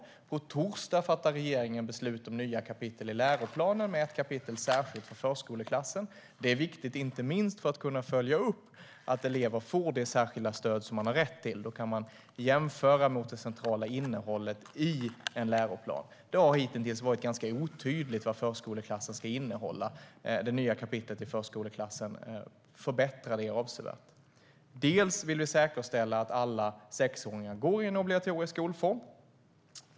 På torsdag fattar regeringen beslut om nya kapitel i läroplanen med ett kapitel särskilt för förskoleklassen. Det är viktigt inte minst för att kunna följa upp att elever får det särskilda stöd som de har rätt till. Då kan man jämföra mot det centrala innehållet i en läroplan. Det har hitintills varit ganska otydligt vad förskoleklassen ska innehålla. Det nya kapitlet om förskoleklassen förbättrar det avsevärt. Vi vill säkerställa att alla sexåringar går i en obligatorisk skolform.